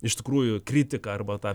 iš tikrųjų kritiką arba tą